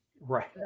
right